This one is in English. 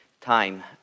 time